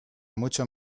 mucho